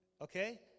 Okay